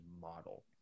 model